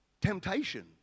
temptation